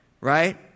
right